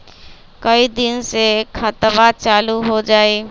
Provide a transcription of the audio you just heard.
कई दिन मे खतबा चालु हो जाई?